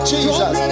Jesus